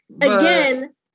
Again